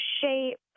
shape